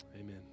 amen